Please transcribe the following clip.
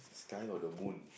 sky or the moon